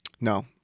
No